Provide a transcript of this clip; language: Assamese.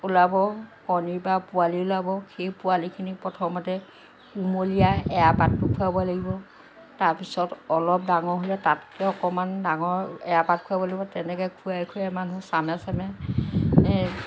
ওলাব কণীৰ পৰা পোৱালি ওলাব সেই পোৱালীখিনি প্ৰথমতে কুমলীয়া এৰাপাতটো খুৱাব লাগিব তাৰপিছত অলপ ডাঙৰ হ'লে তাতকৈ অকণমান ডাঙৰ এৰাপাত খুৱাব লাগিব তেনেকৈ খুৱাই খুৱাই মানুহে চামে চামে